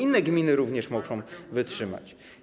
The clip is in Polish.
Inne gminy również muszą je otrzymać.